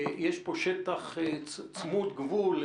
יש פה שטח צמוד גבול,